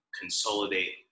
consolidate